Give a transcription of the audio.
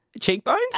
Cheekbones